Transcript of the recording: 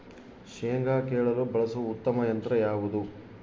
ಶೇಂಗಾ ಕೇಳಲು ಬಳಸುವ ಉತ್ತಮ ಯಂತ್ರ ಯಾವುದು?